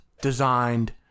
designed